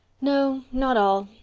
no, not all.